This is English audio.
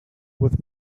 with